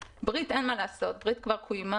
ברית אין מה לעשות, ברית כבר קוימה.